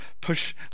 push